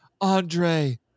Andre